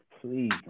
Please